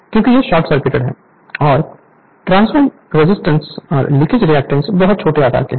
क्योंकि यह short circuited है और ट्रांसफार्मर रेजिस्टेंस और लीकेज रिएक्टेंस बहुत छोटे आकार की है